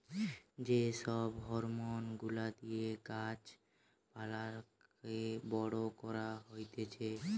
যে সব হরমোন গুলা দিয়ে গাছ পালাকে বড় করা হতিছে